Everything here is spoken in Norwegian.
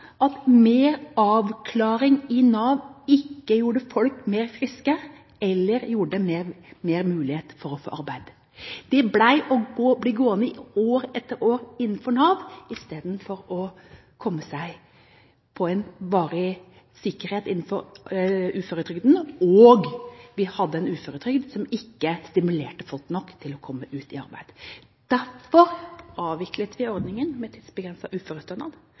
at mer avklaring i Nav ikke gjorde folk friskere eller ga dem større mulighet til å få arbeid. De ble gående i år etter år innenfor Nav, i stedet for å få en varig sikkerhet innenfor uføretrygden, og vi hadde en uføretrygd som ikke stimulerte folk nok til å komme seg ut i arbeid. Derfor avviklet vi ordningen med tidsbegrenset uførestønad.